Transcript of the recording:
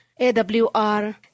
AWR